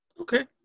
Okay